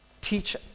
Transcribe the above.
teach